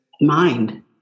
mind